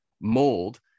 mold